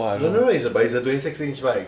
don't know eh but it's a twenty-six inch bike